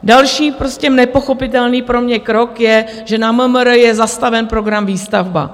Další, prostě nepochopitelný pro mě krok je, že na MMR je zastaven program Výstavba.